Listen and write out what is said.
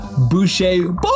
Boucher